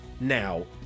now